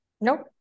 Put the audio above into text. nope